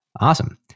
Awesome